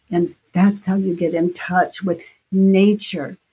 and that's how you get in touch with nature,